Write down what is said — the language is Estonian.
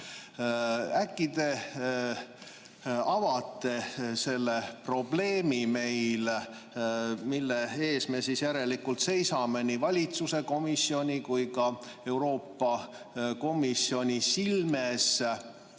Äkki te avate selle probleemi, mille ees me järelikult seisame nii valitsuse, komisjoni kui ka Euroopa Komisjoni silmis?